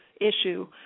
issue